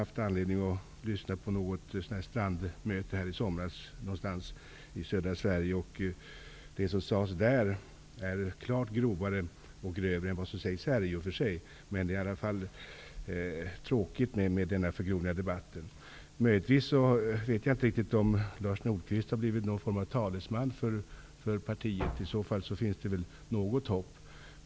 Jag lyssnade själv till ett strandmöte i somras någonstans i södra Sverige. Det som där sades var i och för sig klart grövre än det som sägs här. Det är tråkigt med denna förgrovning av debatten. Jag vet inte riktigt om Lars Moquist har blivit talesman för sitt parti, för i så fall finns det i alla fall något hopp.